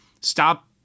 stop